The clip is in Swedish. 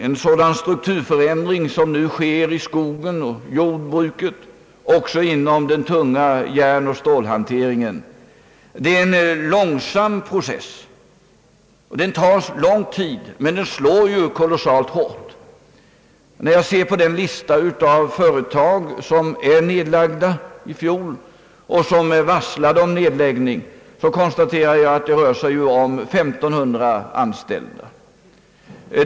En sådan strukturförändring, som nu sker i skogsbruket och i jordbruket liksom i den tunga järnoch stålhanteringen, är en process som tar lång tid men som slår kolossalt hårt. När jag ser på den lista över företag som nedlades i fjol och även över företag som har varslat om nedläggningar så konstaterar jag att det rör sig om 1 500 anställda.